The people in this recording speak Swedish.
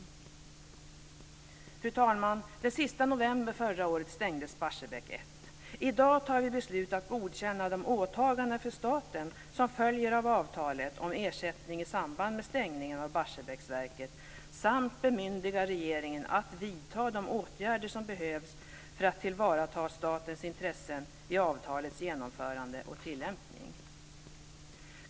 Fru talman! Den sista november förra året stängdes Barsebäck 1. I dag tar vi beslut att godkänna de åtaganden för staten som följer av avtalet om ersättning i samband med stängningen av Barsebäcksverket, samt bemyndigar regeringen att vidta de åtgärder som behövs för att tillvarata statens intressen vid avtalets genomförande och tillämpning.